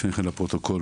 לפרוטוקול,